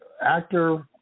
Actor